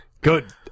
Good